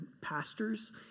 pastors